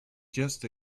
just